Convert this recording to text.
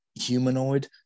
humanoid